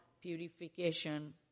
purification